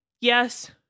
yes